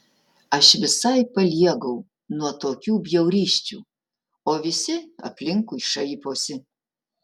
aš visai paliegau nuo tokių bjaurysčių o visi aplinkui šaiposi